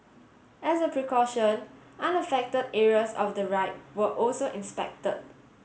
as a precaution unaffected areas of the ride were also inspected